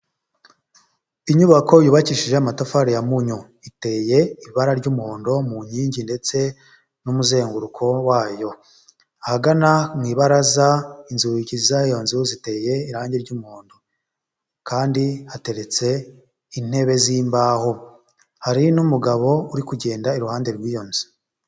Inyubako yubakishije amatafari ya mpunyu, iteye ibara ry'umuhondo mu nkingi ndetse n'umuzenguruko wayo, ahagana mu ibaraza inzugi z'iyo nzu ziteye irangi ry'umuhondo, kandi hateretse intebe z'imbaho hari n'umugabo uri kugenda iruhande rw'iyo nzu.